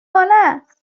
است